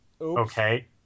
okay